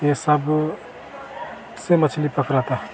ये सब से मछली पकड़ते हैं